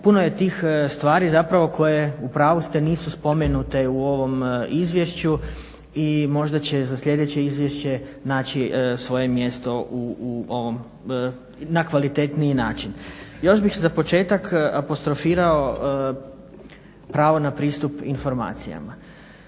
Puno je tih stvari zapravo koje u pravu ste nisu spomenute u ovom izvješću i možda će za sljedeće izvješće naći svoje mjesto u ovom na kvalitetniji način. Još bih za početak apostrofirao pravo na pristup informacijama,